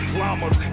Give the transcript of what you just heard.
llamas